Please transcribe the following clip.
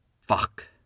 Fuck